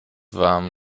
warm